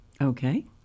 okay